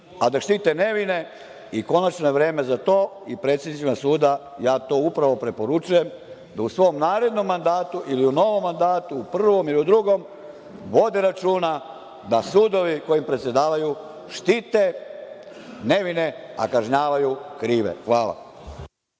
a da štite nevine i konačno je vreme za to i predsednicima suda ja to upravo preporučujem da u svom narednom mandatu ili u novom mandatu u prvom i u drugom vode računa da sudovi kojim predsedavaju štite nevine, a kažnjavaju krive. Hvala.